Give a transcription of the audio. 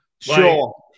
Sure